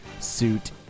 suit